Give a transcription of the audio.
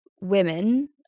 women